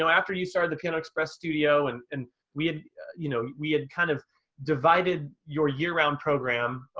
so after you started the piano express studio and and we had you know we had kind of divided your year round program